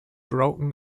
broken